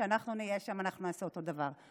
שכשאנחנו נהיה שם אנחנו נעשה אותו דבר.